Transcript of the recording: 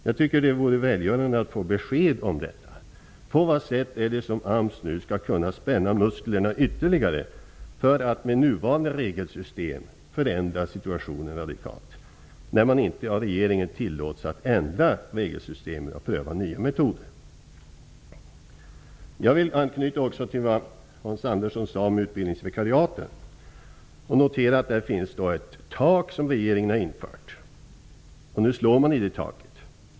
Jag tycker det vore välgörande att få besked om detta. På vad sätt skall AMS nu kunna spänna musklerna ytterligare för att med nuvarande regelsystem förändra situationen radikalt, när man av regeringen inte tillåts att ändra regelsystemet och pröva nya metoder? Jag vill också anknyta till vad Hans Andersson sade om utbildningsvikariaten. Jag noterar att regeringen där har infört ett tak. Nu slår man i det taket.